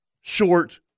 short